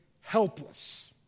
helpless